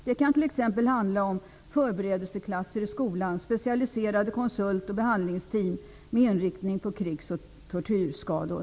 Det kan t.ex. handla om förberedelseklasser i skolan, specialiserade konsult och behandlingsteam med inriktning på krigs och tortyrskador.